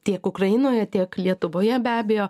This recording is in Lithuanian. tiek ukrainoje tiek lietuvoje be abejo